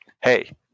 Hey